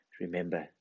remember